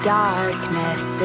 darkness